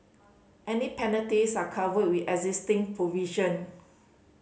any penalties are covered with existing provision